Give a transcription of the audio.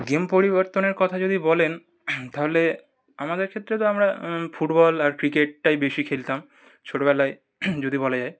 game পরিবর্তনের কথা যদি বলেন তাহলে আমাদের ক্ষেত্রে তো আমরা ফুটবল আর ক্রিকেটটাই বেশি খেলতাম ছোটবেলায় যদি বলা যায়